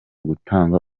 gutanga